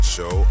Show